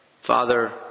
father